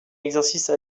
exercice